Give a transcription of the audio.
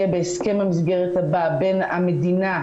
תהיה בהסכם המסגרת הבא בין המדינה,